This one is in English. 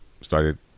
started